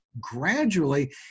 gradually